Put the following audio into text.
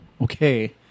okay